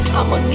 I'ma